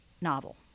novel